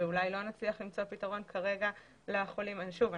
ואולי לא נצליח למצוא פתרון כרגע לחולים - שוב,